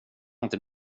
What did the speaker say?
inte